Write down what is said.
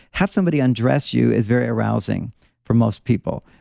have somebody undress you is very arousing for most people,